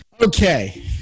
okay